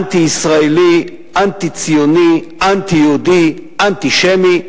אנטי-ישראלי, אנטי-ציוני, אנטי-יהודי, אנטישמי,